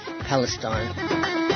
Palestine